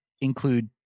include